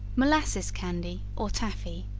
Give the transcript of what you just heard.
molasses candy or taffy.